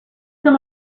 some